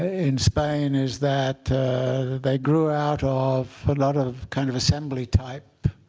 in spain is that they grew out of a lot of kind of assembly-type